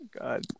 God